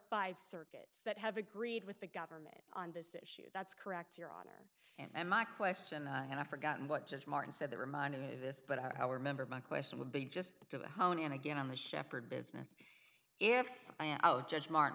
five circuits that have agreed with the government on this issue that's correct your honor and my question and i've forgotten what judge martin said that reminded of this but i'll remember my question would be just to hone and again on the shepard business if i am out judge martin